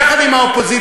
יחד עם האופוזיציה,